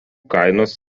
kainos